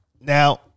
Now